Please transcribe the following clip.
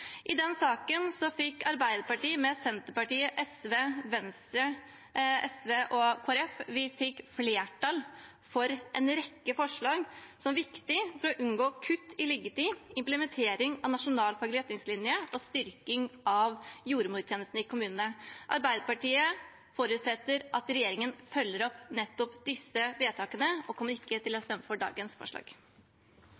I den saken fikk Arbeiderpartiet, Senterpartiet, SV og Kristelig Folkeparti flertall for en rekke forslag som var viktige for å unngå kutt i liggetiden, for implementering av Nasjonal faglig retningslinje for barselomsorgen og for styrking av jordmortjenesten i kommunene. Arbeiderpartiet forutsetter at regjeringen følger opp disse vedtakene og kommer ikke til å